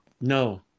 No